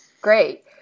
Great